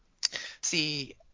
See